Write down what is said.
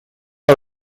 are